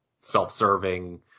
self-serving